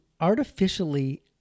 artificially